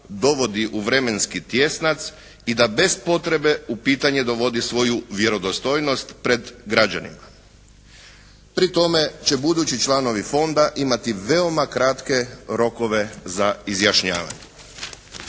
dovodi u vremenski tjesnac i da bez potrebe u pitanje dovodi svoju vjerodostojnost pred građanima. Pri tome će budući članovi fonda imati veoma kratke rokove za izjašnjavanje.